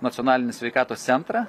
nacionalinį sveikatos centrą